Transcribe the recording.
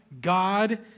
God